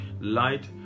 light